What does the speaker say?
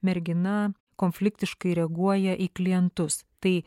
mergina konfliktiškai reaguoja į klientus tai